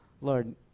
Lord